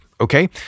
Okay